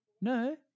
No